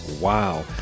Wow